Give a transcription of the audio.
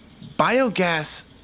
Biogas